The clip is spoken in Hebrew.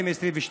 התשפ"ב